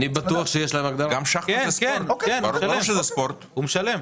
כן, הוא משלם.